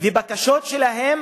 והבקשות שלהם,